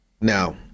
now